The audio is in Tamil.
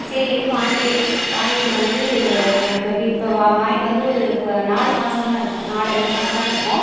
சரியின்ட்டு வாங்கிட்டேன் வாங்கிட்டு வந்து இப்போ வி இப்போ வி வா வாங்கிட்டு வந்து ஒரு நாலு மாசந்தான் இருக்கும் நாலு அஞ்சு மாசந்தான் இருக்கும்